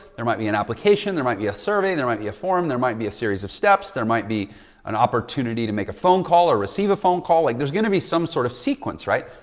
there might be an application, there might be a survey, there might be a forum, there might be a series of steps. there might be an opportunity to make a phone call or receive a phone call, like there's going to be some sort of sequence, right?